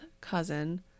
cousin